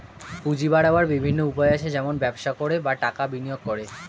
পুঁজি বাড়াবার বিভিন্ন উপায় আছে, যেমন ব্যবসা করে, বা টাকা বিনিয়োগ করে